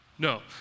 No